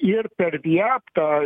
ir per vijaptą